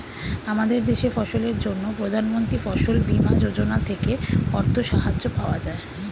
আমাদের দেশে ফসলের জন্য প্রধানমন্ত্রী ফসল বীমা যোজনা থেকে অর্থ সাহায্য পাওয়া যায়